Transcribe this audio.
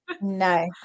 no